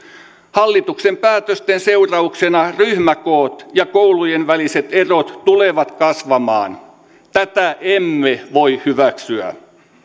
hallituksen päätösten seurauksena ryhmäkoot ja koulujen väliset erot tulevat kasvamaan tätä emme voi hyväksyä